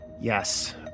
Yes